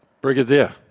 Brigadier